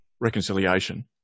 reconciliation